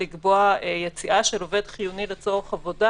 לקבוע יציאה של עובד חיוני לצורך עבודה